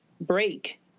break